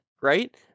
right